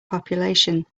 population